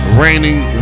raining